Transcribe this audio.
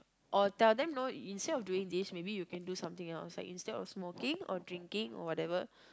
or tell them know instead of doing this maybe you can do something else like instead of smoking or drinking or whatever